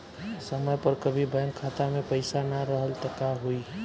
समय पर कभी बैंक खाता मे पईसा ना रहल त का होई?